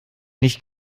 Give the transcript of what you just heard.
nicht